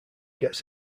gets